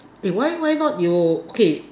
eh why why not you okay